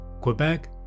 Quebec